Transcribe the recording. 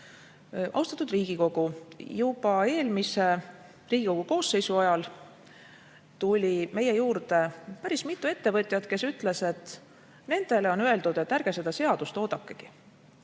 Austatud Riigikogu! Juba eelmise Riigikogu koosseisu ajal tuli meie juurde päris mitu ettevõtjat, kes ütles, et nendele on öeldud, et ärge seda seadust oodakegi,